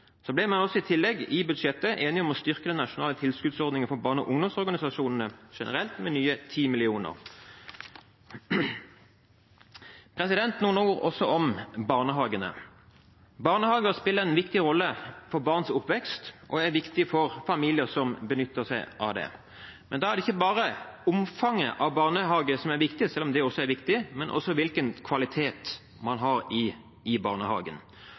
Man ble i tillegg i budsjettforliket enige om å styrke den nasjonale tilskuddsordningen for barne- og ungdomsorganisasjonene generelt med nye 10 mill. kr. Så noen ord om barnehagene. Barnehagene spiller en viktig rolle for barns oppvekst og er viktige for familiene som benytter seg av dem. Men da er det ikke bare omfanget av barnehager som er viktig, selv om det også er viktig, men også hvilken kvalitet man har i barnehagen.